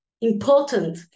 important